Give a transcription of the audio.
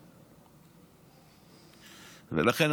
ולכן,